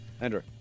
Andrew